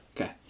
Okay